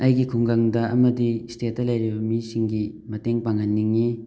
ꯑꯩꯒꯤ ꯈꯨꯡꯒꯪꯗ ꯑꯃꯗꯤ ꯁ꯭ꯇꯦꯠꯇ ꯂꯩꯔꯤꯕ ꯃꯤꯁꯤꯡꯒꯤ ꯃꯇꯦꯡ ꯄꯥꯡꯍꯟꯅꯤꯡꯉꯤ